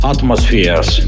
Atmospheres